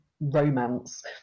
romance